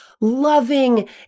loving